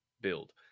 build